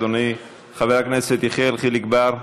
חבר הכנסת יחיאל חיליק בר.